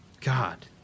God